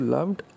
Loved